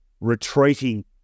retreating